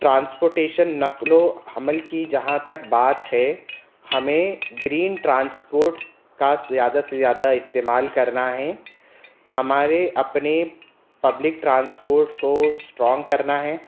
transportation نقل و حمل کی جہاں تک بات ہے ہمیں گرین ٹرانسپورٹ کا زیادہ سے زیادہ استعمال کرنا ہے ہمارے اپنے پبلک ٹرانسپورٹ کو اسٹرونگ کرنا ہے